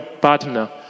partner